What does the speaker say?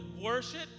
worship